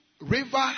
river